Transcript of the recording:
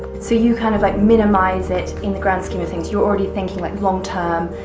so, you kind of like minimize it in the grand scheme of things, you're already thinking like long term?